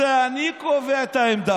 זה אני קובע את העמדה.